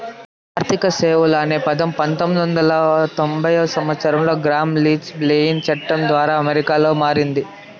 ఆర్థిక సేవలు అనే పదం పంతొమ్మిది వందల తొంభై సంవచ్చరంలో గ్రామ్ లీచ్ బ్లెయిలీ చట్టం ద్వారా అమెరికాలో మారింది